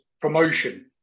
promotion